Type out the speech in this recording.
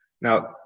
Now